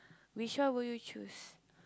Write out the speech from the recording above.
which one will you choose